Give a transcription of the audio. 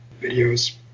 videos